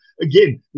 again